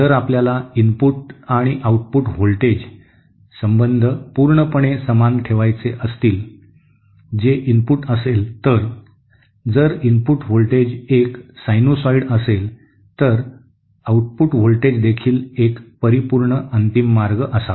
जर आपल्याला इनपुट आणि आउटपुट व्होल्टेज संबंध पूर्णपणे समान ठेवायचे असतील जे इनपुट असेल तर जर इनपुट व्होल्टेज एक सायनुसॉइड असेल तर आउटपुट व्होल्टेज देखील एक परिपूर्ण अंतिम मार्ग असावा